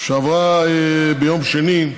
שעברה ביום שני,